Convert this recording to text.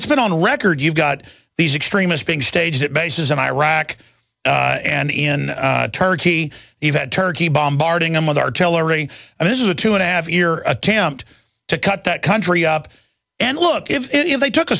it's been on record you've got these extremists being staged at bases in iraq and in turkey event turkey bombarding him with artillery and this is a two and a half year attempt to cut that country up and look if they took a